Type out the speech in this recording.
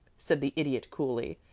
said the idiot, coolly,